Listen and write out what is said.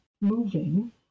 moving